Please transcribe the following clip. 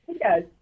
Yes